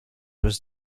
was